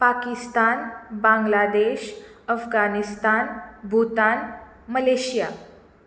Pakistan Bangladesh Afghanistan Bhutan Malaysia